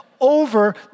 over